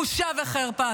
בושה וחרפה.